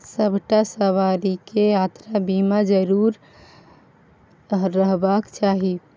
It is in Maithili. सभटा सवारीकेँ यात्रा बीमा जरुर रहबाक चाही